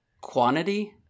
Quantity